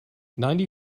ninety